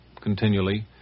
continually